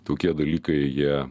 tokie dalykai jie